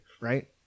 Right